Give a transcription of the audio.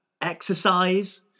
exercise